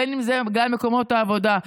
בין שזה בגלל מקומות העבודה,